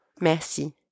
merci